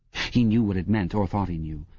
he knew what it meant, or thought he knew.